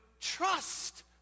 trust